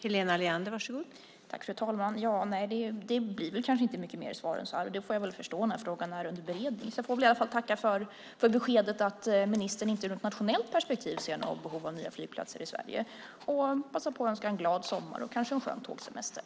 Fru talman! Det blir kanske inte mycket mer svar än så här. Det får jag väl förstå när frågan är under beredning. Jag får i alla fall tacka för beskedet att ministern inte ur ett nationellt perspektiv ser något behov av nya flygplatser i Sverige och passa på att önska en glad sommar och kanske en skön tågsemester.